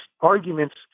arguments